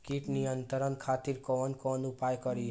कीट नियंत्रण खातिर कवन कवन उपाय करी?